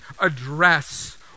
address